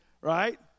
right